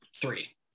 three